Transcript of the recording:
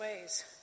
ways